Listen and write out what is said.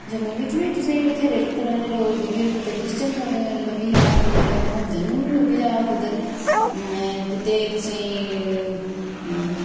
जम्मू बेच बी तुसेंई बत्थेरें तरह् दे लोक कुतै क्रिशचन लब्भी जाग कुतै मुहम्दन लब्भी जाग कुधर कुतै तुसेंई